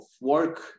work